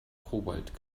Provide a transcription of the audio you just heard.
cobalt